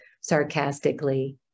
sarcastically